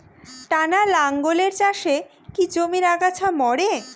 টানা লাঙ্গলের চাষে কি জমির আগাছা মরে?